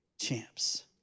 champs